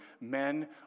men